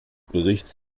berichts